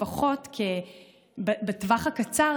לפחות בטווח הקצר,